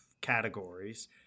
categories